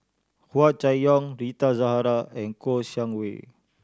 Hua Chai Yong Rita Zahara and Kouo Shang Wei